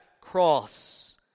cross